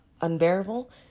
unbearable